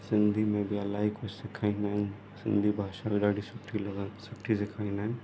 सिंधी में बि इलाही कुझु सेखारींदा आहिनि सिंधी भाषा बि ॾाढी सुठी लॻनि सुठी सेखारींदा आहिनि